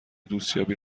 دوستیابی